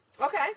Okay